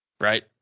right